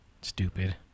Stupid